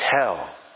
tell